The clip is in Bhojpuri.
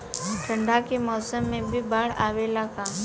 ठंडा के मौसम में भी बाढ़ आवेला का?